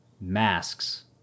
masks